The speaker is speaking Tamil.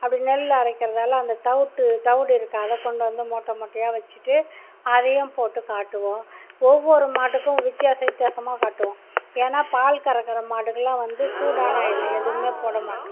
அப்படி நெல் அரைக்கிறதுனால் அந்த தவிட்டு அந்த தவிடு இருக்கு அதை கொண்டு வந்து மூட்டை முட்டயாக வச்சிவிட்டு அதையும் போட்டு காட்டுவோம் ஒவ்வொரு மாட்டுக்கும் வித்தியாசம் வித்தியாசமாக காட்டுவோம் ஏன்னா பால் கறக்கிற மாடுகள்லாம் வந்து சூடான ஐட்டம் எதுவுமே போட மாட்டோம்